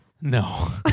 no